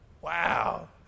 wow